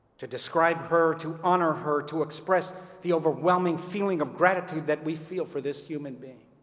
to describe her, to honor her, to express the overwhelming feeling of gratitude that we feel for this human being.